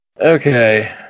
Okay